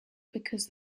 because